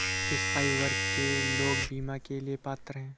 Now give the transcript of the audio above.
किस आयु वर्ग के लोग बीमा के लिए पात्र हैं?